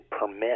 permit